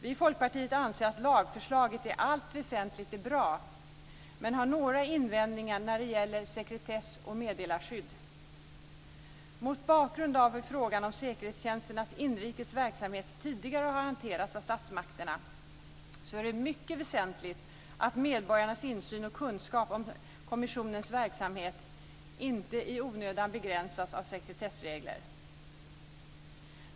Vi i Folkpartiet anser att lagförslaget i allt väsentligt är bra, men vi har några invändningar när det gäller sekretess och meddelarskydd. Mot bakgrund av hur frågan om säkerhetstjänsternas inrikes verksamhet tidigare har hanterats av statsmakterna är det mycket väsentligt att medborgarnas insyn och kunskap om kommissionens verksamhet inte i onödan begränsas av sekretessregler.